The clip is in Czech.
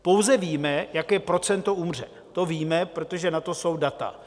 Pouze víme, jaké procento umře, to víme, protože na to jsou data.